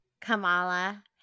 Kamala